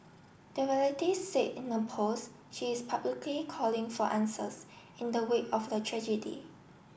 the relative said in a post she is publicly calling for answers in the wake of the tragedy